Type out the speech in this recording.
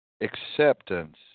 Acceptance